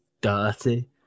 dirty